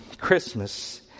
Christmas